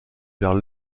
vers